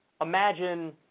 imagine